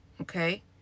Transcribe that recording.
okay